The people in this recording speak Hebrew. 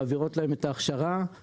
מעבירות להם את ההכשרה.